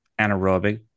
anaerobic